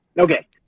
Okay